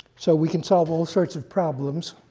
so we can solve all sorts of problems,